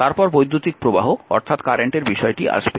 তারপর বৈদ্যুতিক প্রবাহ অর্থাৎ কারেন্টের বিষয়টি আসবে